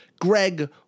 Greg